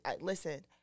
listen